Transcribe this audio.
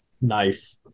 Knife